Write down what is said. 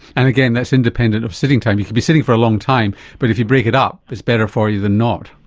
and again, that's independent of sitting time. you can be sitting for a long time but if you break it up it's better for you than not.